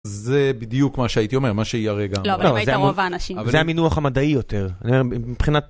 זה בדיוק מה שהייתי אומר, מה שהיא הרגע. לא, זה הייתה מובן, זה המינוח המדעי יותר. מבחינת